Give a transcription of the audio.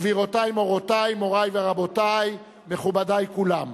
גבירותי מורותי, מורי ורבותי, מכובדי כולם,